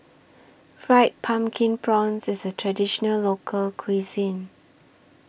Fried Pumpkin Prawns IS A Traditional Local Cuisine